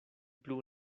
plu